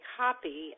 copy